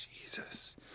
Jesus